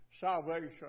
salvation